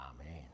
Amen